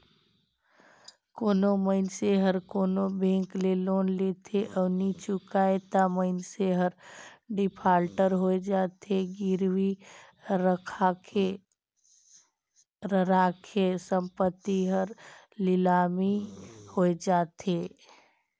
कोनो मइनसे हर कोनो बेंक ले लोन लेथे अउ नी चुकाय ता मइनसे हर डिफाल्टर होए जाथे, गिरवी रराखे संपत्ति हर लिलामी होए जाथे